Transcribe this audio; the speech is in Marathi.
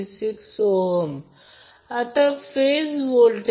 तर IBC IAB अँगल 120o असेल ते 19